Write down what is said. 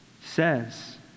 says